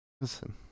Listen